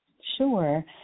sure